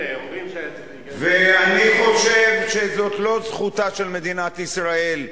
אני חושב שזו לא זכותה של מדינת ישראל,